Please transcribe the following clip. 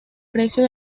precio